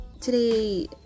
today